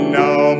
now